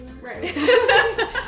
Right